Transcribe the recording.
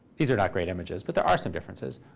these are not great images, but there are some differences.